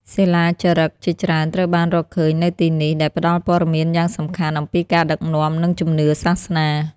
សិលាចារឹកជាច្រើនត្រូវបានរកឃើញនៅទីនេះ ដែលផ្តល់ព័ត៌មានយ៉ាងសំខាន់អំពីការដឹកនាំ និងជំនឿសាសនា។